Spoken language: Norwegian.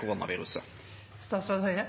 koronaviruset? Med